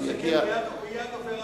מה שכן, הוא יהיה הדובר האחרון.